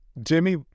Jimmy